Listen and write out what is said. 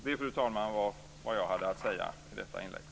Det, fru talman, var vad jag hade att säga i detta ärende.